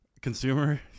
consumer